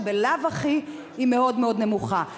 שהיא בלאו הכי מאוד מאוד נמוכה.